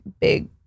big